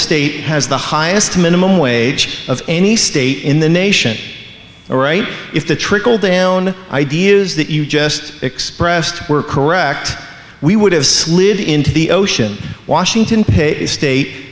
state has the highest minimum wage of any state in the nation are right if the trickle down ideas that you just expressed were correct we would have slid into the ocean washington state